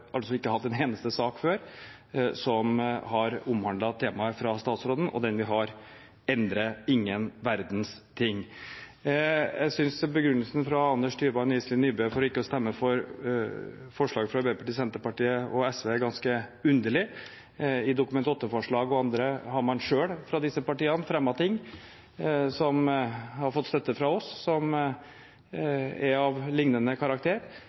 altså ikke hatt en eneste sak før fra statsråden som har omhandlet temaet – og den vi har, endrer ingen verdens ting. Jeg synes begrunnelsen fra Anders Tyvand og Iselin Nybø for ikke å stemme for forslaget fra Arbeiderpartiet, Senterpartiet og SV er ganske underlig. I Dokument 8-forslag og andre steder har man selv, fra disse partiene, fremmet ting som har fått støtte fra oss, av lignende karakter,